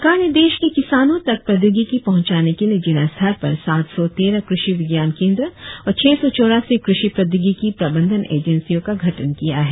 सरकार ने देश के किसानों तक प्रौद्योगिकी पहुंचाने के लिए जिला स्तर पर सात सौ तेरह कृषि विज्ञान केंद्र और छह सौ चौरासी कृषि प्रौद्योगिकी प्रंबंधन एजेंसियों का गठन किया है